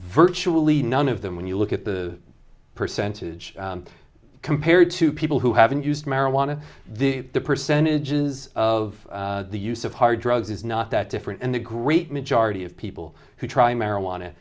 virtually none of them when you look at the percentage compared to people who haven't used marijuana the percentages of the use of hard drugs is not that different and the great majority of people who try marijuana